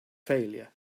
failure